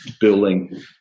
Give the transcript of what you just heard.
building